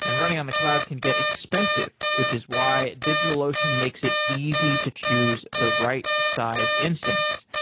and running on the cloud can get expensive, which is why digitalocean makes it easy to choose the right size instance.